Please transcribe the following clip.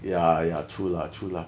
ya ya true lah true lah